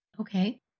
Okay